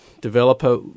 developer